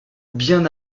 bien